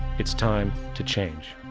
it's time to change.